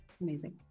Amazing